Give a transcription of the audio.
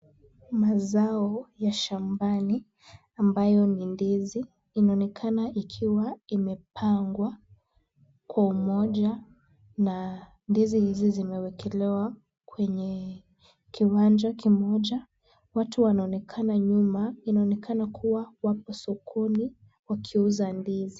Mazao ya shambani ambayo ni ndizi. Inaonekana ikiwa imepangwa kwa umoja na ndizi hizi zimewekelewa kwenye kiwanja kimoja. Watu wanaonekana nyuma, inaonekana kuwa wapo sokoni wakiuza ndizi.